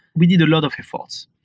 we did a lot of efforts.